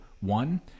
one